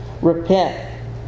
Repent